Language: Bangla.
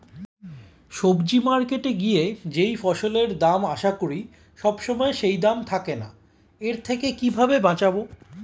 সবজি মার্কেটে গিয়ে যেই ফসলের দাম আশা করি সবসময় সেই দাম থাকে না এর থেকে কিভাবে বাঁচাবো?